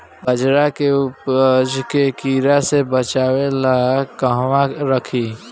बाजरा के उपज के कीड़ा से बचाव ला कहवा रखीं?